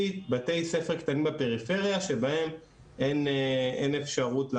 הממלכתי-דתי יש העדפה והתקן שלהם בפועל לעומת מה שהיה מגיע להם הוא 64%,